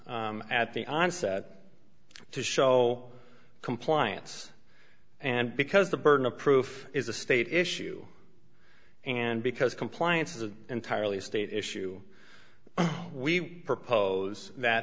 at the onset to show compliance and because the burden of proof is a state issue and because compliance is an entirely state issue we propose that